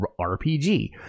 RPG